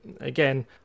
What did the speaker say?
again